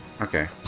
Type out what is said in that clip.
Okay